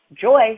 Joy